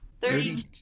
Thirty-